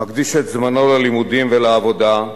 מקדיש את זמנו ללימודים ולעבודה,